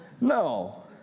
No